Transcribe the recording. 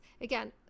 Again